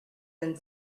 and